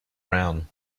brown